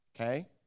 Okay